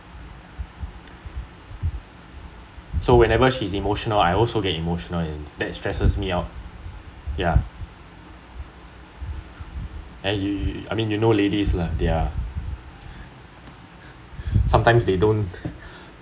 so whenever she‘s emotional I also get emotional and that stresses me out ya and you you you you I mean you know ladies lah they're sometimes they don't